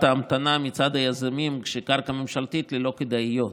ההמתנה מצד היזמים כשהקרקע ממשלתית ללא כדאיות.